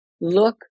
look